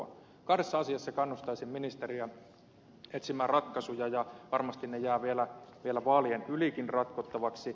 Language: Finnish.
kahdessa asiassa kannustaisin ministeriä etsimään ratkaisuja ja varmasti ne jäävät vielä vaalien ylikin ratkottavaksi